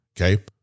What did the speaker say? okay